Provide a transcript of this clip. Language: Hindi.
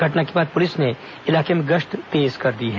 घटना के बाद पुलिस ने इलाके में गश्त तेज कर दी है